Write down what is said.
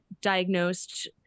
diagnosed